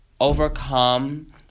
overcome